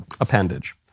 appendage